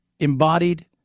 Embodied